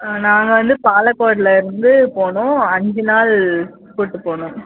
ஆ நாங்கள் வந்து பாலக்கோட்லேருந்து போகணும் அஞ்சு நாள் கூட்டு போகணும்